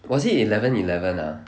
was it eleven eleven ah